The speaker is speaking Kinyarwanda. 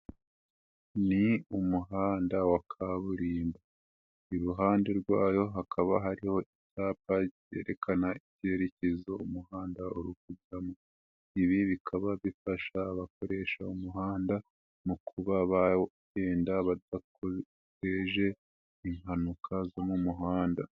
Ni umuhanda wa kaburimbo, iruhande rwayo hakaba hariho icyapa cyerekana ibyerekezo umuhanda uri kujyamo, ibi bikaba bifasha abakoresha umuhanda, mu kuba bagenda badateje impanuka zo mu muhanda.